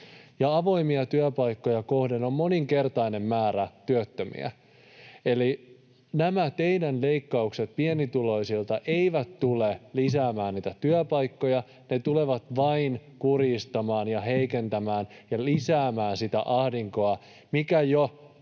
Avoimia työpaikkoja kohden on moninkertainen määrä työttömiä. Eli nämä teidän leikkauksenne pienituloisilta eivät tule lisäämään työpaikkoja. Ne tulevat vain kurjistamaan ja lisäämään sitä ahdinkoa, mikä jo